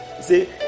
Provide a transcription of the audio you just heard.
see